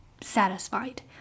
satisfied